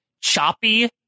choppy